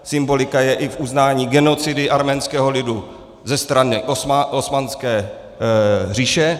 Symbolika je i v uznání genocidy arménského lidu ze strany Osmanské říše.